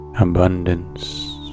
Abundance